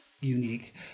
unique